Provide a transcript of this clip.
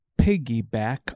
piggyback